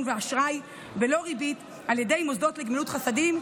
ואשראי בלא ריבית על ידי מוסדות לגמילות חסדים,